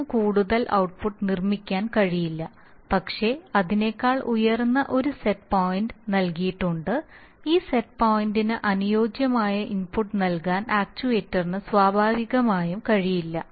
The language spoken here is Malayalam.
ഇതിന് കൂടുതൽ ഔട്ട്പുട്ട് നിർമ്മിക്കാൻ കഴിയില്ല പക്ഷേ അതിനേക്കാൾ ഉയർന്ന ഒരു സെറ്റ് പോയിന്റ് നൽകിയിട്ടുണ്ട് ഈ സെറ്റ് പോയിന്റിന് അനുയോജ്യമായ ഇൻപുട്ട് നൽകാൻ ആക്ച്യുവേറ്ററിന് സ്വാഭാവികമായും കഴിയില്ല